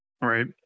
right